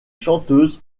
chanteuses